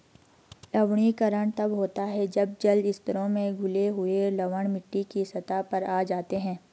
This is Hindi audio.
लवणीकरण तब होता है जब जल स्तरों में घुले हुए लवण मिट्टी की सतह पर आ जाते है